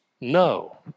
No